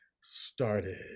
started